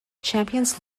champions